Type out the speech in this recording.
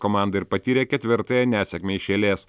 komandai ir patyrė ketvirtąją nesėkmę iš eilės